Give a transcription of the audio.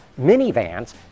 minivans